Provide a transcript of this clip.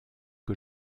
que